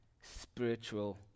spiritual